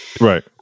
Right